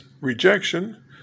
rejection